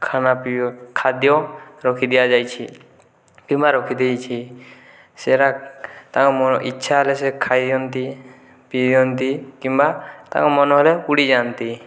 ଖାନା ପିଇବା ଖାଦ୍ୟ ରଖି ଦିଆଯାଇଛି କିମ୍ବା ରଖି ଦେଇଛି ସେଇଟା ତାଙ୍କ ଇଚ୍ଛା ହେଲେ ସିଏ ଖାଇଅନ୍ତି ପିଅନ୍ତି କିମ୍ବା ତାଙ୍କ ମନ ହେଲେ ଉଡ଼ି ଯାଆନ୍ତି